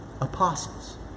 Apostles